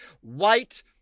White